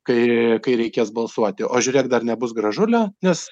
kai kai reikės balsuoti o žiūrėk dar nebus gražulio nes